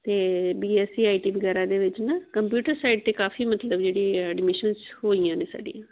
ਅਤੇ B S C I T ਵਗੈਰਾ ਦੇ ਵਿੱਚ ਨਾ ਕੰਪਿਊਟਰ ਸਾਈਡ 'ਤੇ ਕਾਫ਼ੀ ਮਤਲਬ ਜਿਹੜੀ ਐਡਮਿਸ਼ਨਸ ਹੋਈਆਂ ਨੇ ਸਾਡੀਆਂ